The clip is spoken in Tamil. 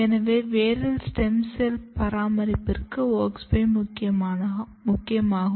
எனவே வேரில் ஸ்டெம் செல் பராமரிப்பிற்கு WOX 5 முக்கியமாகும்